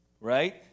Right